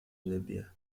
libya